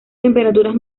temperaturas